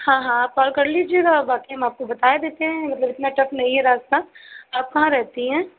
हाँ हाँ आप कॉल कर लीजिएगा और बाकी हम आपको बताए देते हैं मतलब इतना टफ़ नहीं है रास्ता आप कहाँ रहेती हैं